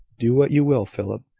do what you will, philip.